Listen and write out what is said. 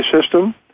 system